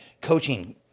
coaching